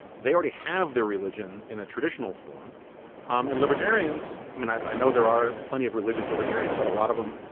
they already have their religion in a traditional form and libertarians i mean i know there are plenty of religious libertarians but a lot of them